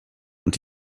und